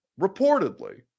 reportedly